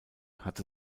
hatte